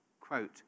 quote